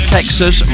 Texas